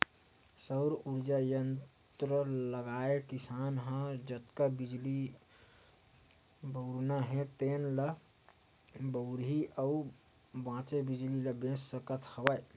सउर उरजा संयत्र लगाए किसान ह जतका बिजली बउरना हे तेन ल बउरही अउ बाचे बिजली ल बेच सकत हवय